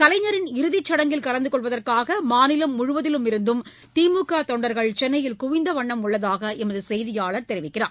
கலைஞரின் இறுதிச்சடங்கில் கலந்து கொள்வதற்காக மாநிலம் முழுவதிலுமிருந்தும் திமுக தொண்டர்கள் சென்னையில் குவிந்த வண்ணம் உள்ளதாக எமது செய்தியாளர் தெரிவிக்கிறார்